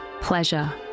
pleasure